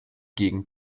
gegen